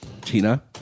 Tina